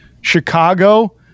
chicago